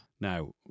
Now